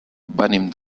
venim